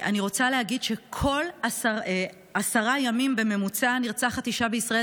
אני רוצה להגיד שכל עשרה ימים בממוצע נרצחת אישה בישראל.